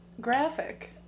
graphic